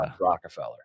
Rockefeller